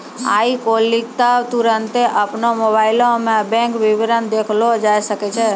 आइ काल्हि त तुरन्ते अपनो मोबाइलो मे बैंक विबरण देखलो जाय सकै छै